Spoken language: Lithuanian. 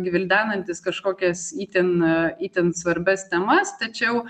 gvildenantis kažkokias itin itin svarbias temas tačiau